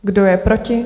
Kdo je proti?